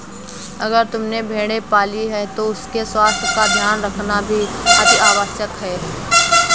अगर तुमने भेड़ें पाली हैं तो उनके स्वास्थ्य का ध्यान रखना भी अतिआवश्यक है